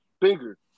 bigger